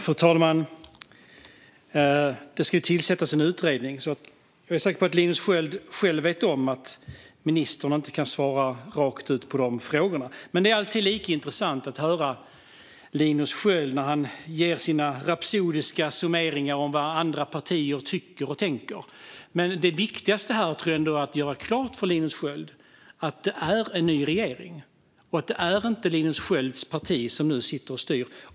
Fru talman! Det ska tillsättas en utredning. Jag är säker på att Linus Sköld själv vet om att ministern inte kan svara direkt på hans frågor. Det är dock alltid lika intressant att lyssna till Linus Sköld och hans rapsodiska summeringar av vad andra partier tycker och tänker. Men det viktigaste här är ändå att göra klart för honom att vi har en ny regering och att det inte är hans parti som styr.